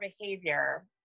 behavior